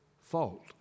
fault